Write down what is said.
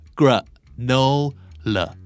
granola